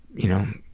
you know,